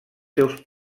seus